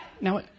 Now